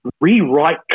rewrite